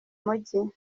mijyi